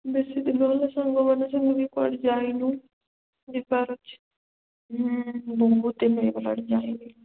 ବେଶୀ ଦିନ ହେଲା ସାଙ୍ଗମାନେ ସହ ବି କୁଆଡ଼େ ଯାଇନୁ ଯିବାର ଅଛି ହୁଁ ବହୁତ ଦିନ ହୋଇଗଲାଣି ଯାଇନି